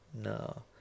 no